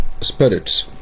spirits